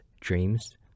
dreams